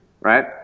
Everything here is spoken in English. right